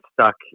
stuck